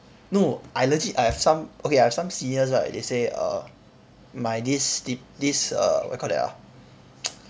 no I legit I have some okay I have some seniors right they say err my this this err what do you call that ah